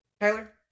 Tyler